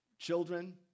Children